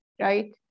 right